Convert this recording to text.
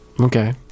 Okay